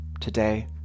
Today